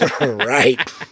Right